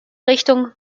richtung